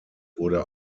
wurde